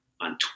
on